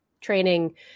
training